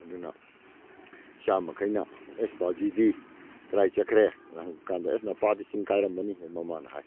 ꯑꯗꯨꯅ ꯏꯆꯥ ꯃꯈꯩꯅ ꯑꯦꯁ ꯕꯥꯖꯤꯗꯤ ꯀꯗꯥꯏ ꯆꯠꯈꯔꯦꯅ ꯍꯪꯕ ꯀꯥꯟꯗ ꯑꯦ ꯅꯥꯄꯥꯗꯤ ꯆꯤꯡ ꯀꯥꯔꯝꯃꯅꯤ ꯃꯃꯥꯅ ꯍꯥꯏ